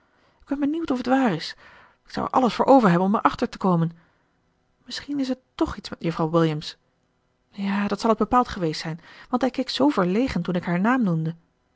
ik ben benieuwd of t waar is ik zou er alles voor over hebben om erachter te komen misschien is het tch iets met juffrouw williams ja dat zal het bepaald geweest zijn want hij keek zoo verlegen toen ik haar naam noemde